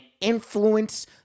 influence